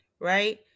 right